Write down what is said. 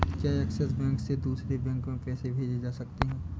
क्या Axis bank से दूसरे बैंक में पैसे भेजे जा सकता हैं?